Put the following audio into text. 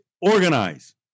organize